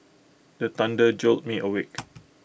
the thunder jolt me awake